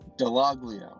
Delaglio